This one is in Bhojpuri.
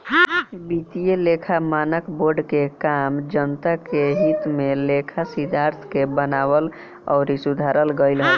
वित्तीय लेखा मानक बोर्ड के काम जनता के हित में लेखा सिद्धांत के बनावल अउरी सुधार कईल हवे